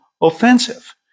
offensive